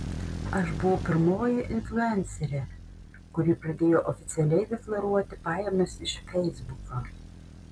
aš buvau pirmoji influencerė kuri pradėjo oficialiai deklaruoti pajamas iš feisbuko